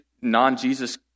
non-Jesus